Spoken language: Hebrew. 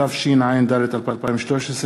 התשע"ד 2013,